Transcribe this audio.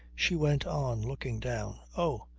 she went on, looking down. oh!